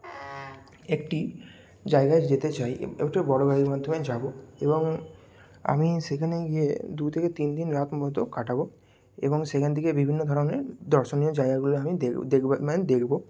একটি জায়গায় যেতে চাই একটি বড়ো গাড়ির মাধ্যমে যাবো এবং আমি সেখানে গিয়ে দু থেকে তিন দিন রাত মতো কাটাবো এবং সেখান থেকে বিভিন্ন ধরনের দর্শনীয় জায়গাগুলোয় আমি দেখ দেখবো মানে দেখবো